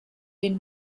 den